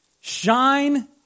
shine